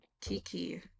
Kiki